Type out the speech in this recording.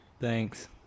thanks